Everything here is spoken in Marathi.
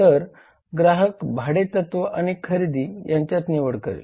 तर ग्राहक भाडे तत्व आणि खरेदी यांच्यात निवड करेल